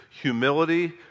humility